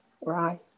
Right